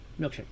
milkshake